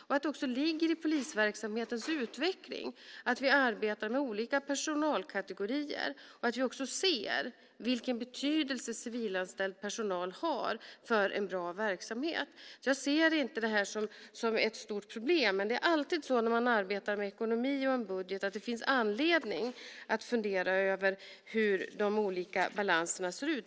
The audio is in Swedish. Det ligger också i polisverksamhetens utveckling att vi arbetar med olika personalkategorier och ser vilken betydelse civilanställd personal har för en bra verksamhet. Jag ser inte det här som ett stort problem, men det är alltid så när man arbetar med ekonomi och har en budget att det finns anledning att fundera över hur de olika balanserna ser ut.